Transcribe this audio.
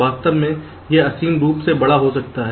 वास्तव में यह असीम रूप से बड़ा हो सकता है